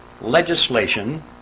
legislation